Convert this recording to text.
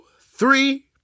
three